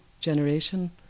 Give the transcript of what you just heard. generation